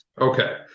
Okay